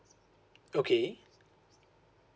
okay